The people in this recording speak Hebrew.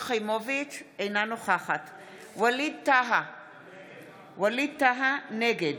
אינה נוכחת ווליד טאהא, נגד